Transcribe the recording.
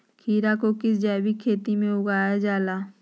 खीरा को किस जैविक खेती में उगाई जाला?